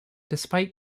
despite